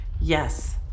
Yes